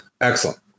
Excellent